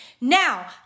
Now